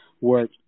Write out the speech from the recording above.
work